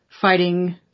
fighting